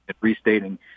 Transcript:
restating